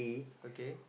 okay